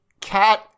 Cat